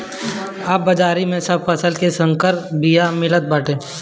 अब बाजारी में सब फसल के संकर बिया मिलत बाटे